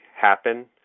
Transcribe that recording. happen